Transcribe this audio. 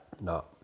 No